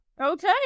okay